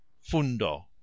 fundo